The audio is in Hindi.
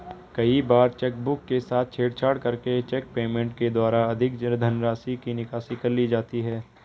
कई बार चेकबुक के साथ छेड़छाड़ करके चेक पेमेंट के द्वारा अधिक धनराशि की निकासी कर ली जाती है